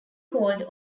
called